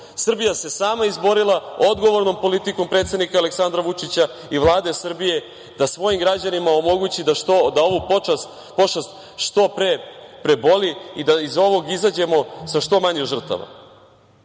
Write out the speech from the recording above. Srbija se sama izborila odgovornom politikom predsednika Aleksandra Vučića i Vlade Srbije da svojim građanima omogući da ovu pošast što pre proboli da iz ovog izađemo sa što manje žrtava. Zato